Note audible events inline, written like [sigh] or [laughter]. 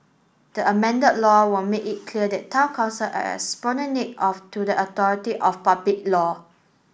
the amended law will make it clear that Town Council are [unintelligible] of to the authority of public law